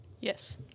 Yes